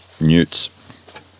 newts